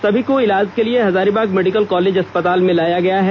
समी को इलाज के लिए हजारीबाग मेडिकल कॉलेज अस्पताल में लाया गया है